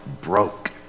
broke